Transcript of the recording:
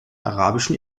arabischen